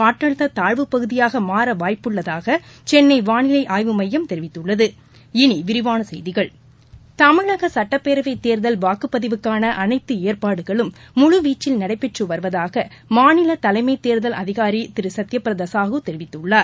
காற்றழுத்ததாழ்வுப்பகுதியாகமாறவாய்ப்புள்ளதாகசென்னைவானிலைஆய்வுமையம் தெரிவித்துள்ளது இனிவிரிவானசெய்திகள் தமிழகசட்டப்பேரவைதேர்தல் வாக்குப்பதிவுக்கானஅனைத்துஏற்பாடுகளும் முழுவீச்சில் நடைபெற்றுவருவதாகமாநிலதலைமைதேர்தல் அதிகாரிதிருசத்தியபிரதாசாகுதெரிவித்துள்ளார்